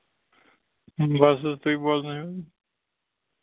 بَس حظ تُہۍ بوزٕنٲوِو